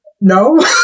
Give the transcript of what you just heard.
No